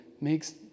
makes